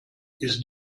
ist